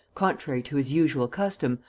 contrary to his usual custom,